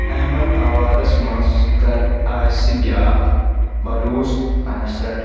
احمد آبادس منٛز کر آسہِ بیٛاکھ بلوز انسرٹ